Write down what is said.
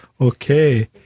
Okay